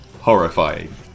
horrifying